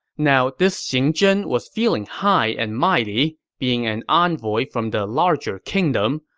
now, this xing zhen was feeling high and mighty, being an envoy from the larger kingdom,